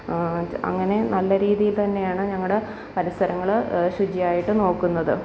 അങ്ങനെ നല്ല രീതിയില് തന്നെയാണ് ഞങ്ങളുടെ പരിസരങ്ങൾ ശുചിയായിട്ടു നോക്കുന്നത്